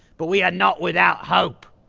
but we are not without hope,